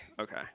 Okay